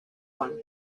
one